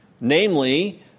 Namely